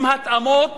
עם התאמות